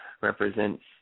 represents